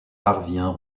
parvient